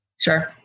Sure